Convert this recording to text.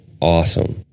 awesome